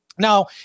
Now